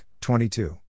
22